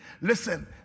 Listen